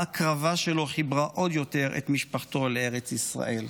ההקרבה שלו חיברה עוד יותר את משפחתו לארץ ישראל.